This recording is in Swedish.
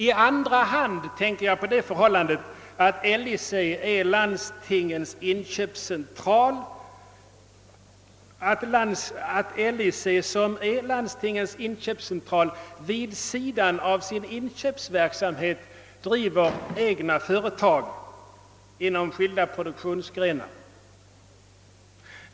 I andra hand tänker jag på det förhållandet att LIC, som är landstingens inköpscentral, vid sidan av sin inköpsverksamhet driver egna företag inom skilda produktionsgrenar.